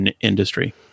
industry